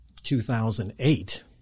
2008